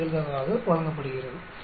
47 நிகழ்தகவாக வழங்கப்படுகிறது